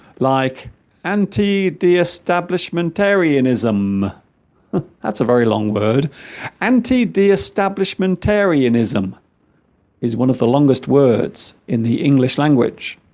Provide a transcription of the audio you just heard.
like auntie the establishment arianism that's a very long word auntie the establishment arianism is one of the longest words in the english language